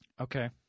Okay